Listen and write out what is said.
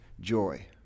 joy